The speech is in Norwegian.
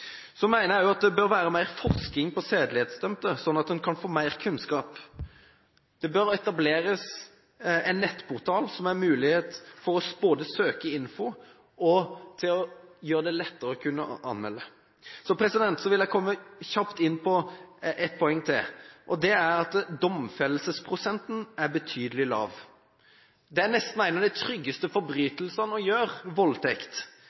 Så mener jeg at det også må være mer forskning på sedelighetsdømte, slik at en kan få mer kunnskap. Det bør etableres en nettportal der det er mulig både å søke informasjon og å gjøre det lettere å kunne anmelde. Så vil jeg kjapt komme inn på et poeng til, og det er at domfellelsesprosenten er betydelig lav. Voldtekt er nesten en av de tryggeste